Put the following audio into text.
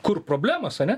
kur problemos ane